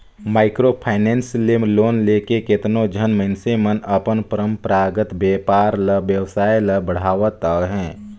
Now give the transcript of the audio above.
micro finance ले loan लेके केतनो झन मइनसे मन अपन परंपरागत बयपार बेवसाय ल बढ़ावत अहें